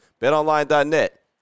BetOnline.net